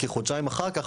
כי חודשיים אחר כך,